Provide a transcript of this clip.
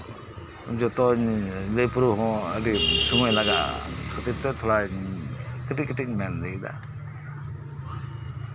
ᱮᱸᱜ ᱡᱚᱛᱚ ᱞᱟᱹᱭ ᱯᱩᱨᱟᱹᱣ ᱦᱮᱸ ᱟᱹᱰᱤ ᱥᱚᱢᱚᱭ ᱞᱟᱜᱟᱜᱼᱟ ᱤᱱᱟᱹᱛᱮ ᱛᱷᱚᱲᱟ ᱠᱟᱹᱴᱤᱡᱼᱠᱟᱹᱴᱤᱡ ᱤᱧ ᱢᱮᱱ ᱤᱫᱤᱭᱮᱫᱟ